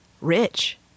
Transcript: rich